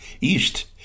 East